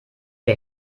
der